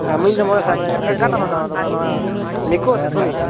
ᱦᱮᱸ ᱢᱤᱫ ᱥᱟᱲᱮ ᱢᱚᱬᱮ ᱦᱟᱨᱟᱡ ᱴᱟᱠᱟ ᱚᱠᱟᱴᱟᱜ ᱮᱢ ᱦᱟᱛᱟᱣᱟ ᱛᱚᱵᱮ ᱱᱚᱣᱟ ᱱᱤᱠᱳ ᱥᱮ ᱥᱳᱱᱤ